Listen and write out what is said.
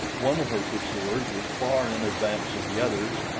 one of her pursuers was far in advance of the others,